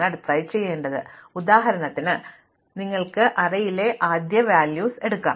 അതിനാൽ ഉദാഹരണത്തിന് നടപ്പിലാക്കിയതുപോലെ നിങ്ങൾക്ക് അറേയിലെ ആദ്യ മൂല്യം എടുക്കാം